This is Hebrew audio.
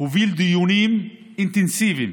דיונים אינטנסיביים